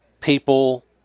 people